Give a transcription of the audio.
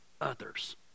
others